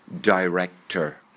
Director